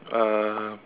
uh